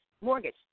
mortgage